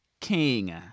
king